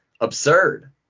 absurd